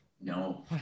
No